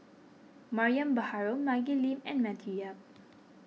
Mariam Baharom Maggie Lim and Matthew Yap